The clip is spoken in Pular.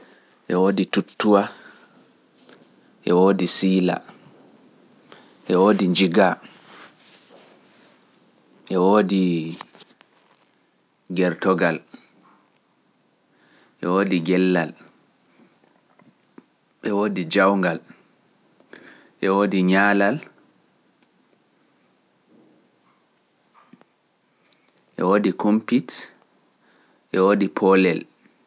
E woodi tuttuwa e woodi siila, e woodi jigawa, e woodi gertogal, e woodi gerlal, e woodi jaawngal, e woodi nyaalal, e woodi kumpit e woodi poolel.